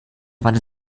wandte